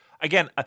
again